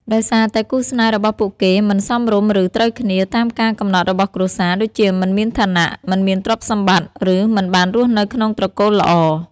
ដោយសារតែគូស្នេហ៍របស់ពួកគេមិន សមរម្យ ឬ ត្រូវគ្នា តាមការកំណត់របស់គ្រួសារ ដូចជាមិនមានឋានៈ មិនមានទ្រព្យសម្បត្តិ ឬមិនបានរស់នៅក្នុងត្រកូលល្អ។